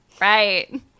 Right